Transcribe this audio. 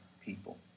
people